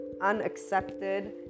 unaccepted